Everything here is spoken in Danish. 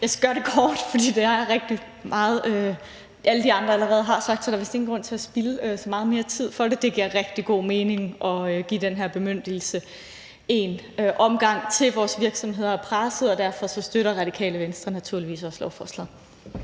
Jeg skal gøre det kort, for alle de andre har allerede sagt rigtig meget om det, så der er vist ingen grund til at spilde så meget mere tid på det. Det giver rigtig god mening at give den her bemyndigelse i en omgang til, for vores virksomheder er pressede, og derfor støtter Radikale Venstre naturligvis også lovforslaget.